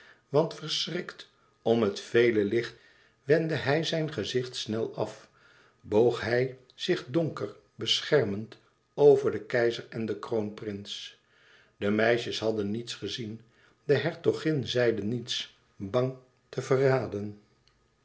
want verschrikt om het vele licht wendde hij zijn gezicht snel af boog hij zich donker beschermend over den keizer en den kroonprins de meisjes hadden niets gezien de hertogin zeide niets bang te verraden